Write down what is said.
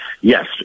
Yes